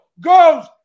goes